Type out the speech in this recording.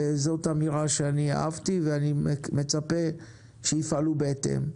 זאת אמירה שאהבתי ואני מצפה שיפעלו בהתאם.